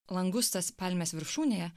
langustas palmės viršūnėje